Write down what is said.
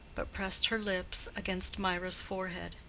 but pressed her lips against mirah's forehead.